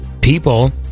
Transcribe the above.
people